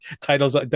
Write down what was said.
titles